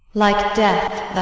like death